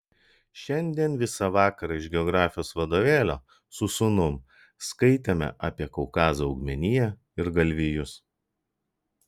šiandien visą vakarą iš geografijos vadovėlio su sūnum skaitėme apie kaukazo augmeniją ir galvijus